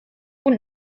und